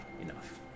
enough